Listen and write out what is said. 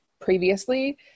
previously